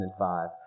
2005